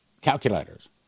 calculators